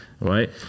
right